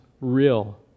real